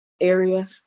area